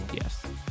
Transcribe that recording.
Yes